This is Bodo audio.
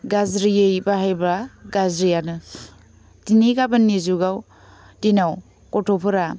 गाज्रियै बाहायबा गाज्रियानो दिनै गाबोननि जुगाव दिनाव गथ'फोरा